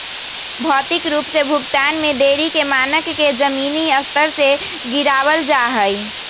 भौतिक रूप से भुगतान में देरी के मानक के जमीनी स्तर से गिरावल जा हई